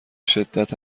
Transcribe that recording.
شدت